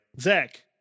Zach